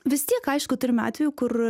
vis tiek aišku turime atvejų kur